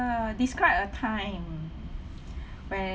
err describe a time when